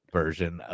version